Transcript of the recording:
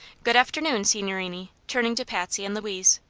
good afternoon, signorini, turning to patsy and louise.